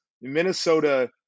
Minnesota